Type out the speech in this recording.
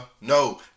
No